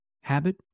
habit